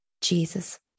Jesus